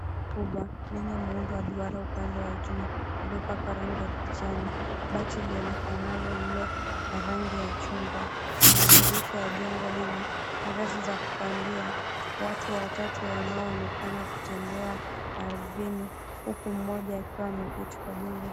Nyumba kubwa yenye muundo wa duara upande wa juu. Lililopakwa rangi ya kijani bati lionekanalo lililo na rangi ya chungwa. Madirisha ya jengo hilo. Ngazi za kupandia. Watu watatu wanaonekana kutembea ardhini huku mmoja akiwa ameketi kwa jengo.